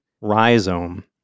rhizome